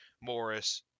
Morris